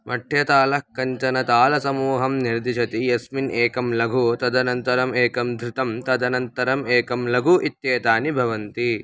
मठ्यतालः कञ्चन तालसमूहं निर्दिशति यस्मिन् एकं लघु तदनन्तरम् एकं धृतं तदनन्तरम् एकं लघु इत्येतानि भवन्ति